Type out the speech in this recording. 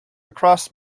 across